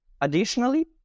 Additionally